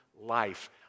life